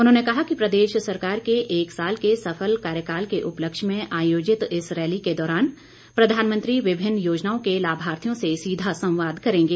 उन्होंने कहा कि प्रदेश सरकार के एक साल के सफल कार्यकाल के उपलक्ष्य में आयोजित इस रैली के दौरान प्रधानमंत्री विभिन्न योजनाओं के लाभार्थियों से सीधा संवाद करेंगे